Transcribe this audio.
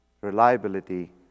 reliability